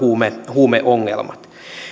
huumeongelmat on